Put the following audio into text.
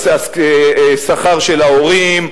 השכר של ההורים,